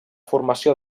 formació